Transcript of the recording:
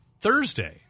Thursday